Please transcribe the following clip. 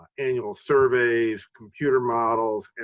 annual surveys, computer models, and